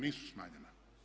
Nisu smanjena.